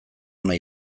ona